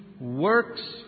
works